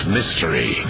Mystery